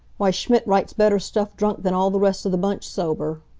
why, schmidt writes better stuff drunk than all the rest of the bunch sober.